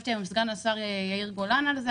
נפגשתי היום עם סגן השר יאיר גולן ודיברנו על זה,